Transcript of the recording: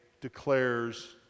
declares